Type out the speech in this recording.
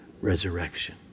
resurrection